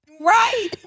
Right